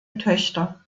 töchter